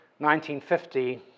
1950